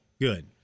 good